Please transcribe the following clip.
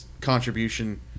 contribution